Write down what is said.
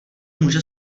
může